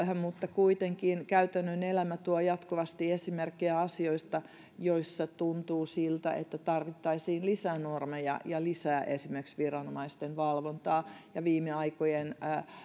mutta kuitenkin käytännön elämä tuo jatkuvasti esimerkkejä asioista joissa tuntuu siltä että tarvittaisiin lisää normeja ja esimerkiksi lisää viranomaisten valvontaa viime aikojen